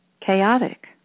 chaotic